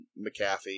McAfee